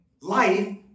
Life